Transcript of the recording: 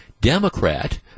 Democrat